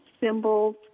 symbols